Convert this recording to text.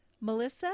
Melissa